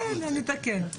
בסדר, נתקן.